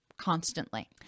constantly